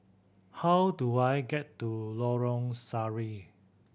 how do I get to Lorong Sari